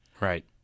Right